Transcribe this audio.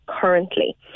currently